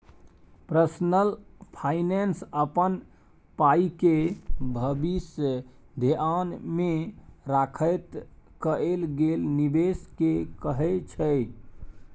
personal finance अपन पाइके भबिस धेआन मे राखैत कएल गेल निबेश केँ कहय छै